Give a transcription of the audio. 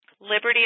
liberty